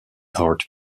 art